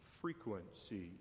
frequency